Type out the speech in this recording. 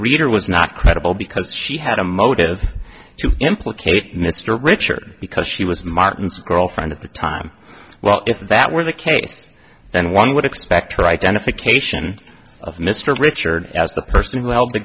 reader was not credible because she had a motive to implicate mr rich or because she was martin's girlfriend at the time well if that were the case then one would expect her identification of mr richard as the person who hel